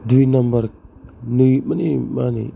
दुइ नाम्बार नै माने मा होनो